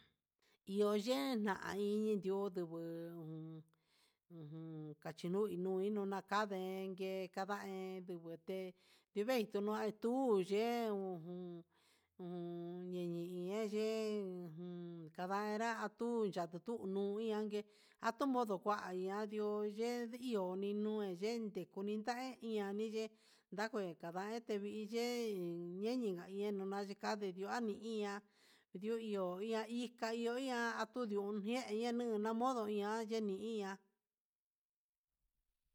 Iho ye'e na'a iin ndio ndubuu jun ujun kachinuu nunai nona nakadengue nakanden, yute ndivei nuna'a tuiyen ujun ujun nini e'ña yen kanda inrá, ndu ndudiangue atunu kua iian ndó yeni kuninue yende kuninua niyi nangue kandayete iyen neni nga ien nayikandua ni iña'a, ndio iho ika iho ndoña andiu ñeñe nu namodo iha lleni'i iña'a.